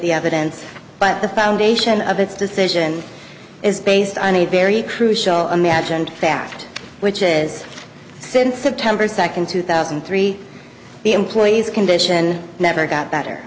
the evidence but the foundation of its decision is based on a very crucial imagined fact which is since september second two thousand and three employees condition never got better